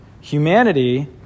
Humanity